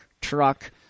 truck